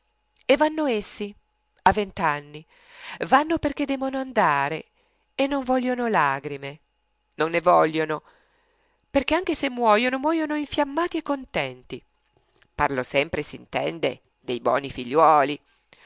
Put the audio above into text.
e vanno essi a vent'anni vanno perché debbono andare e non vogliono lagrime non ne vogliono perché anche se muojono muojono infiammati e contenti